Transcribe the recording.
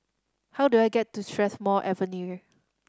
how do I get to Strathmore Avenue